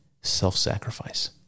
self-sacrifice